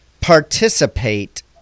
participate